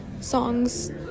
songs